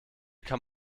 kann